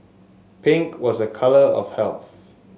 pink was a colour of health